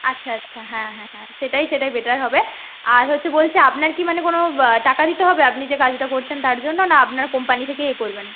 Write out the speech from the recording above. আচ্ছা আচ্ছা হ্যাঁ হ্যাঁ হ্যাঁ সেটাই সেটাই বেটার হবে আর হচ্ছে বলছি আপনার কি মানে কোনো টাকা দিতে হবে আপনি যে কাজটা করছেন তার জন্য না আপনার কোম্পানি থেকেই এ করবেন